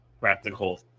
practical